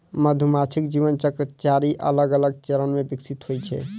मधुमाछीक जीवन चक्र चारि अलग अलग चरण मे विकसित होइ छै